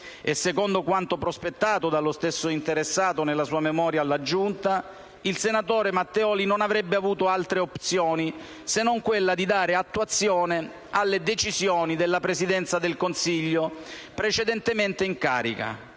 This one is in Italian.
secondo quanto prospettato dallo stesso interessato nella sua memoria, depositata in Giunta), il senatore Matteoli non avrebbe avuto altre opzioni se non quella di dare attuazione alle decisioni della Presidenza del Consiglio precedentemente in carica.